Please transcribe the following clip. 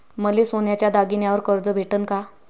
मले सोन्याच्या दागिन्यावर कर्ज भेटन का?